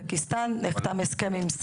נחתם הסכם עם אוזבקיסטן,